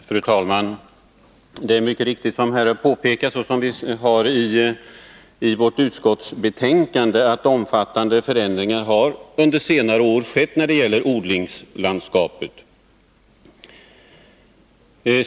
Fru talman! Det är mycket riktigt som här har påpekats och som vi har nämnti vårt utskottsbetänkande att omfattande förändringar har skett under senare år när det gällt odlingslandskapet.